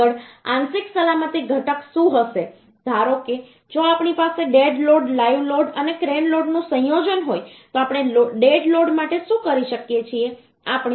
આગળ આંશિક સલામતી ઘટક શું હશે ધારો કે જો આપણી પાસે ડેડ લોડ લાઇવ લોડ અને ક્રેન લોડનું સંયોજન હોય તો આપણે ડેડ લોડ માટે શું કરી શકીએ છીએ આપણે 1